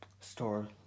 store